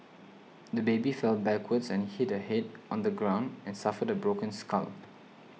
the baby fell backwards and hit her head on the ground and suffered a broken skull